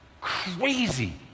crazy